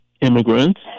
immigrants